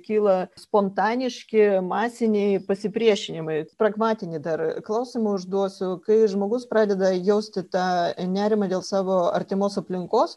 kyla spontaniški masiniai pasipriešinimai pragmatinį dar klausimą užduosiu kai žmogus pradeda jausti tą nerimą dėl savo artimos aplinkos